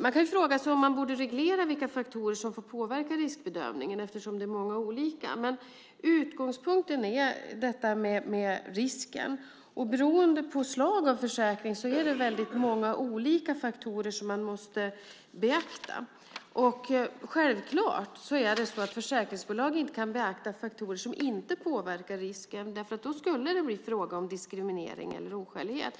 Man kan fråga sig om man borde reglera vilka faktorer som får påverka riskbedömningen eftersom det är många olika. Utgångspunkten är risken. Beroende på försäkringsslag är det många olika faktorer som man måste beakta. Försäkringsbolag kan självklart inte beakta faktorer som inte påverkar risken. Då skulle det bli fråga om diskriminering eller oskälighet.